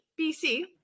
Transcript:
BC